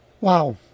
Wow